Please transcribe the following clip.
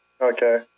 Okay